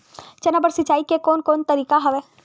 चना बर सिंचाई के कोन कोन तरीका हवय?